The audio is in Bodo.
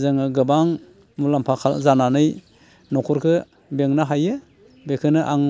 जोङो गोबां मुलाम्फा जानानै न'खरखौ बेंनो हायो बेखौनो आं